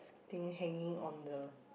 thing hanging on the